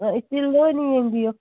ꯏꯁꯇꯤꯜꯗ ꯑꯣꯏꯅ ꯌꯦꯡꯕꯤꯌꯣ